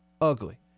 ugly